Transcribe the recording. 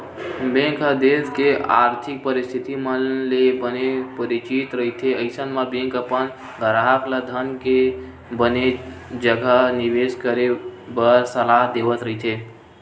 bank ह देस के आरथिक परिस्थिति मन ले बने परिचित रहिथे अइसन म बेंक अपन गराहक ल धन के बने जघा निबेस करे बर सलाह देवत रहिथे